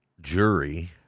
jury